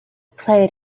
played